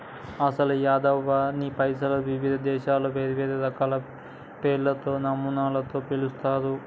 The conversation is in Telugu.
అసలు యాదమ్మ నీ పైసలను వివిధ దేశాలలో వేరువేరు రకాల పేర్లతో పమానాలతో పిలుస్తారు